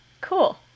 Cool